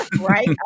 Right